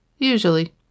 Usually